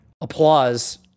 applause